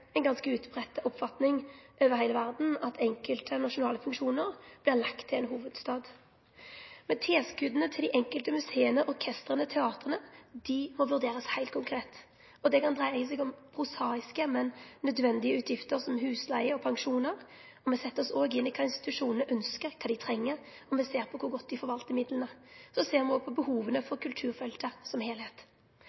ganske utbreidd oppfatning over heile verda at enkelte nasjonale funksjonar vert lagde til ein hovudstad. Tilskota til dei enkelte musea, orkestera og teatera må vurderast heilt konkret. Det kan dreie seg om prosaiske, men nødvendige utgifter som husleige og pensjonar. Me set oss også inn i kva institusjonane ønskjer og treng, og me ser på kor godt dei forvaltar midlane. Me ser også på behova